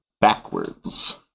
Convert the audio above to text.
backwards